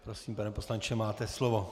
Prosím, pane poslanče, máte slovo.